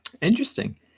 Interesting